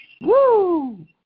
Woo